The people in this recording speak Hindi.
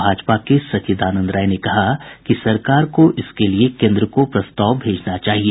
भाजपा के सच्चिदानंद राय ने कहा कि सरकार को इसके लिये केन्द्र को प्रस्ताव भेजना चाहिए